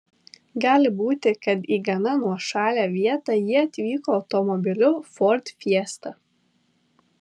gali būti kad į gana nuošalią vietą jie atvyko automobiliu ford fiesta